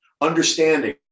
understanding